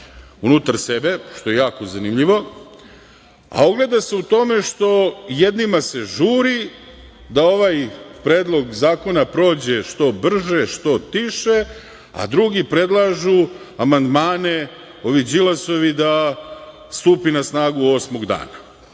unutar sebe, što je jako zanimljivo, a ogleda se u tome što jednima se žuri da ovaj Predlog zakona prođe što brže, što tiše, a drugi predlažu amandmane, ovi Đilasovi, da stupi na snagu osmog dana.